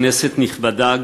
כנסת נכבדה,